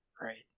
Right